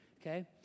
okay